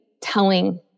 telling